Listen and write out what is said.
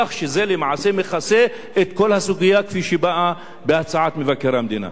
כך שזה מכסה את כל הסוגיה כפי שבאה בהצעת מבקר המדינה.